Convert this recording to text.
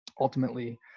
ultimately